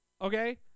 Okay